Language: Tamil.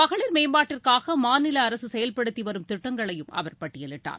மகளிர் மேம்பாட்டிற்காக மாநில அரசு செயல்படுத்தி வரும் திட்டங்களையும் அவர் பட்டியலிட்டார்